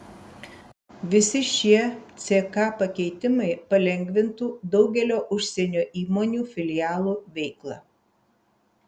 visi šie ck pakeitimai palengvintų daugelio užsienio įmonių filialų veiklą